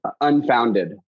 unfounded